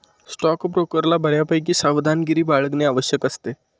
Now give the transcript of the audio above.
स्टॉकब्रोकरला बऱ्यापैकी सावधगिरी बाळगणे आवश्यक असते